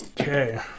Okay